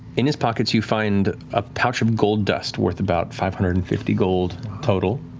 in his pockets you find a pouch of gold dust worth about five hundred and fifty gold total.